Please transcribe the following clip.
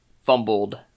fumbled